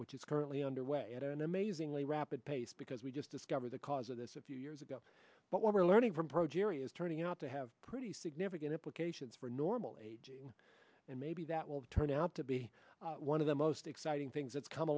which is currently underway at an amazingly rapid pace because we just discovered the cause of this a few years ago but what we're learning from progeria is turning out to have pretty significant implications for normal aging and maybe that will turn out to be one of the most exciting things that's come